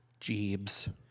Jeebs